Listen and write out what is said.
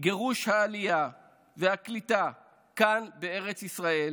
של הגירוש, העלייה והקליטה כאן בארץ ישראל,